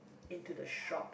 into the shop